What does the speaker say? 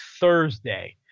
Thursday